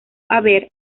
haber